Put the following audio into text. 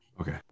Okay